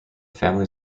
family